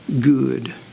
good